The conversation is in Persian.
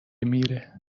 میره